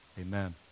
amen